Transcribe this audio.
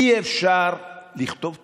אי-אפשר לכתוב תוכניות,